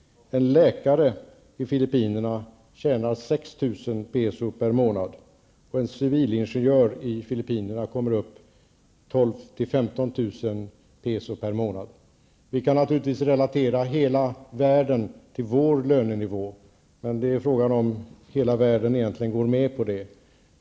En läkare i Filippinerna tjänar 6 000 peso per månad, och en civilingenjör kommer upp till 12 000--15 000 peso per månad. Vi kan naturligtvis relatera hela världen till vår lönenivå, men det är frågan om hela världen går med på det.